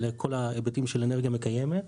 אלה כל ההיבטים של אנרגיה מקיימת.